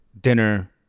dinner